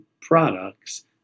products